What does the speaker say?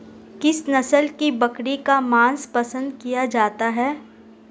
किस नस्ल की बकरी का मांस पसंद किया जाता है?